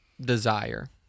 desire